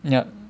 yup